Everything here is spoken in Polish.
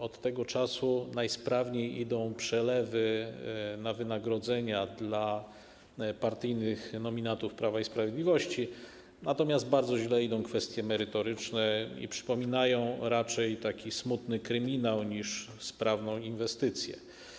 Od tego czasu najsprawniej idą przelewy na wynagrodzenia dla partyjnych nominatów Prawa i Sprawiedliwości, natomiast bardzo źle idą kwestie merytoryczne, w związku z czym przypomina to raczej smutny kryminał niż sprawną inwestycję.